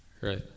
Right